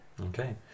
okay